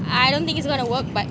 I don't think it's going to work but